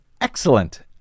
excellent